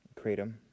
Kratom